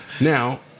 Now